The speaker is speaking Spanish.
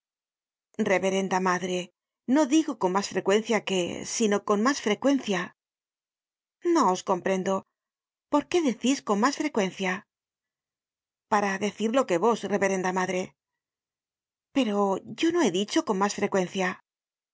reverenda madre no digo con mas frecuencia que sino con mas frecuencia no os comprendo por qué decís con mas frecuencia para decir lo que vos reverenda madre pero yo no he dicho con mas frecuencia